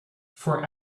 for